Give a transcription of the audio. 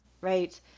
right